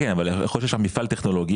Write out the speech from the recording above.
אבל יכול להיות שיש שם מפעל טכנולוגי